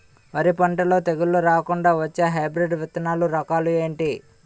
వరి పంటలో తెగుళ్లు రాకుండ వచ్చే హైబ్రిడ్ విత్తనాలు రకాలు ఏంటి?